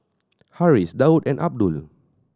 Harris Daud and Abdul